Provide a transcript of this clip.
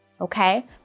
okay